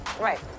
Right